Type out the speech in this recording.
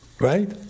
right